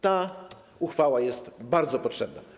Ta uchwała jest bardzo potrzebna.